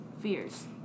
fears